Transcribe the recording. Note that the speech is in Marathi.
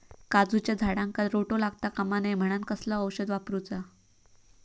काजूच्या झाडांका रोटो लागता कमा नये म्हनान कसला औषध वापरूचा?